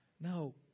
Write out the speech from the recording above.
No